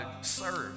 serve